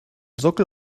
sockel